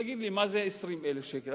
תגיד לי, מה זה 20,000 שקל?